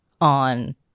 on